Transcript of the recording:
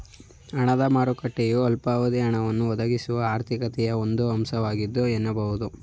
ಹಣದ ಮಾರುಕಟ್ಟೆಯು ಅಲ್ಪಾವಧಿಯ ಹಣವನ್ನ ಒದಗಿಸುವ ಆರ್ಥಿಕತೆಯ ಒಂದು ಅಂಶವಾಗಿದೆ ಎನ್ನಬಹುದು